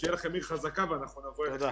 שתהיה להם עיר חזקה ואנחנו נבוא אליכם.